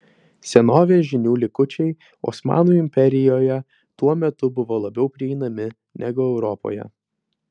senovės žinių likučiai osmanų imperijoje tuo metu buvo labiau prieinami negu europoje